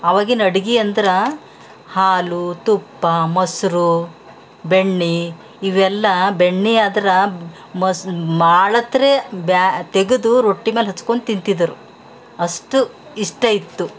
ಆವಾಗಿನ ಅಡ್ಗೆ ಅಂದ್ರೆ ಹಾಲು ತುಪ್ಪ ಮೊಸರು ಬೆಣ್ಣೆ ಇವೆಲ್ಲ ಬೆಣ್ಣೆ ಅದರ ಮಸ್ ಮಾಡತ್ರೆ ತೆಗೆದು ರೊಟ್ಟಿ ಮೇಲೆ ಹಚ್ಕೊಂಡು ತಿಂತಿದ್ರು ಅಷ್ಟು ಇಷ್ಟ ಇತ್ತು